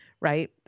right